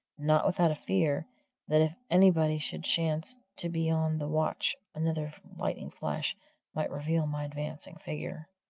not without a fear that if anybody should chance to be on the watch another lightning flash might reveal my advancing figure.